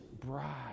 bride